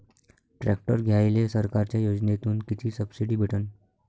Tractor घ्यायले सरकारच्या योजनेतून किती सबसिडी भेटन?